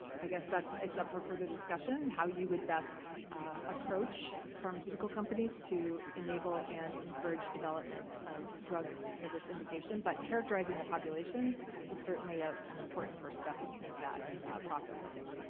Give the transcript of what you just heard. i guess that's. it's up for further discussion how you would best approach pharmaceutical companies to enable and encourage development of drugs for this indication, but characterizing the population is certainly ah an important first step of and that process, i think.